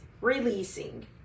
releasing